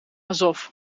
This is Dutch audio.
azov